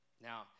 now